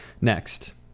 Next